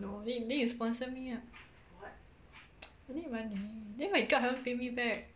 no then then you sponsor me ah I need money then my job haven't pay me back